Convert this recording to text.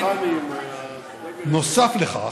נוסף לכך,